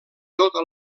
tota